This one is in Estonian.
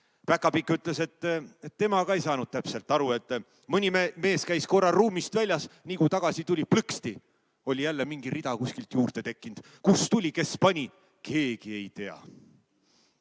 Päkapikk ütles, et tema ka ei saanud täpselt aru. Et mõni mees käis korra ruumist väljas ja nii kui tagasi tuli, siis plõksti! oli jälle mingi rida kuskilt juurde tekkinud. Kust tuli, kes pani, keegi ei tea.